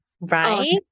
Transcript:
right